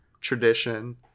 tradition